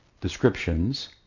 descriptions